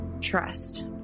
Trust